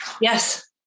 Yes